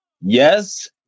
Yes